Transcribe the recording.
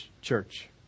church